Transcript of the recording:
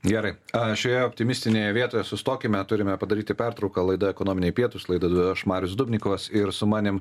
gerai šioje optimistinėje vietoje sustokime turime padaryti pertrauką laida ekonominiai pietūs laidą vedu marius dubnikovas ir su manim